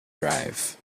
drive